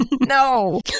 no